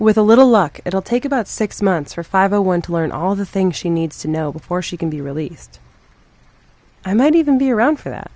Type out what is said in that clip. with a little luck it will take about six months or five i want to learn all the things she needs to know before she can be released i might even be around for that